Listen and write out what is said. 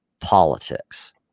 politics